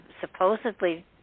supposedly